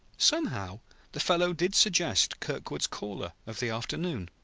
somehow the fellow did suggest kirkwood's caller of the afternoon.